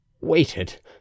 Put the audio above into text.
waited